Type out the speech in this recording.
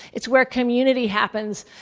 it's where community happens.